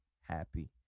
happy